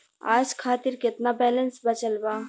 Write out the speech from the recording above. आज खातिर केतना बैलैंस बचल बा?